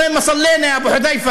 איפה שהתפללנו יא אבו חוד'יפה),